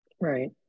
Right